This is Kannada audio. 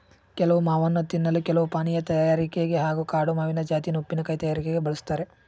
ಕೆಲವು ಮಾವನ್ನು ತಿನ್ನಲು ಕೆಲವು ಪಾನೀಯ ತಯಾರಿಕೆಗೆ ಹಾಗೂ ಕಾಡು ಮಾವಿನ ಜಾತಿಯನ್ನು ಉಪ್ಪಿನಕಾಯಿ ತಯಾರಿಕೆಗೆ ಬಳುಸ್ತಾರೆ